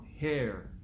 hair